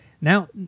Now